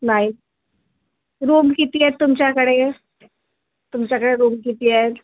नाही रूम किती आहेत तुमच्याकडे तुमच्याकडे रूम किती आहेत